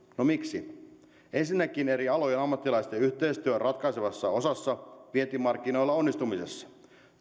no miksi ensinnäkin eri alojen ammattilaisten yhteistyö on ratkaisevassa osassa vientimarkkinoilla onnistumisessa